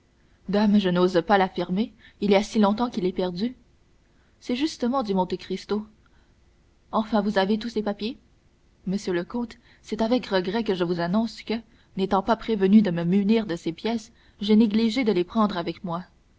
dame je n'ose pas affirmer il y a si longtemps qu'il est perdu c'est juste dit monte cristo enfin vous avez tous ces papiers monsieur le comte c'est avec regret que je vous annonce que n'étant pas prévenu de me munir de ces pièces j'ai négligé de les prendre avec moi